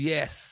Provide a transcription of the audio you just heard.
Yes